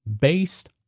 based